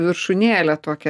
viršūnėlę tokią